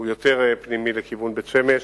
שהוא יותר פנימי לכיוון בית-שמש.